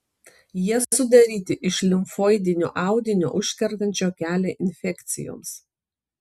jie sudaryti iš limfoidinio audinio užkertančio kelią infekcijoms